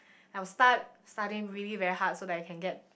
I will start studying really very hard so that I can get